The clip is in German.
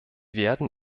werden